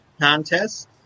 contest